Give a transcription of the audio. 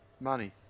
Money